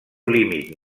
límit